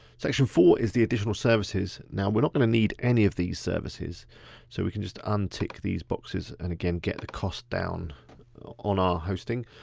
section four is the additional services. now, we're not gonna need any of these services so we can just untick these boxes and again, get the cost down on our hosting.